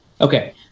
Okay